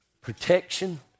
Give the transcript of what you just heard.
Protection